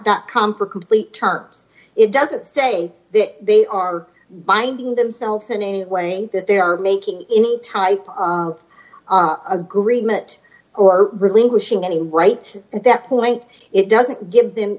dot com for complete terms it doesn't say that they are binding themselves in any way that they are making any type of agreement or relinquishing any right at that point it doesn't give them